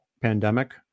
pandemic